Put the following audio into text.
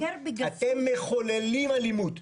אתם מחוללים אלימות.